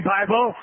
Bible